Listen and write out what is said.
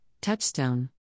Touchstone